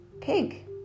pig